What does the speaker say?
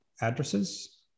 addresses